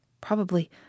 Probably